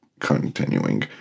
continuing